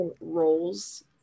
roles